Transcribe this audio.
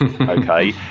okay